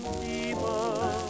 people